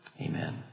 Amen